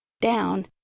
down